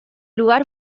lugar